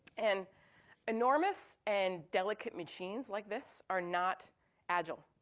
and enormous and delicate machines like this are not agile.